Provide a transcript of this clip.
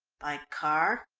by car?